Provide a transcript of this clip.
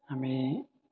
আমি